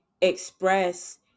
express